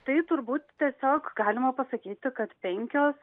tai turbūt tiesiog galima pasakyti kad penkios